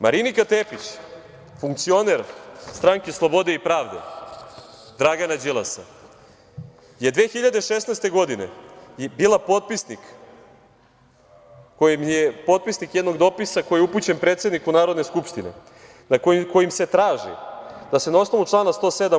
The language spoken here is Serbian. Marinika Tepić, funkcioner Stranke slobode i pravde Dragana Đilasa, je 2016. godine bila potpisnik jednog dopisa koji je upućen predsedniku Narodne skupštine, kojim se traži da se, na osnovu člana 107.